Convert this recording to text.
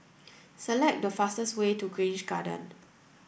select the fastest way to Grange Garden